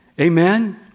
Amen